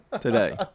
today